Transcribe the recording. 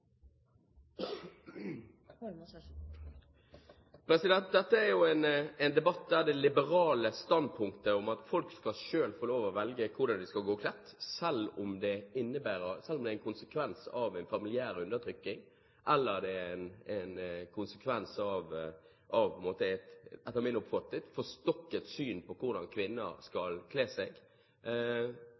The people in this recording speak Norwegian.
jo en debatt der det liberale standpunktet at folk skal selv få lov til å velge hvordan de skal gå kledd, selv om det er en konsekvens av en familiær undertrykking, eller det er en konsekvens av – etter min oppfatning – et forstokket syn på hvordan kvinner skal kle seg,